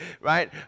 right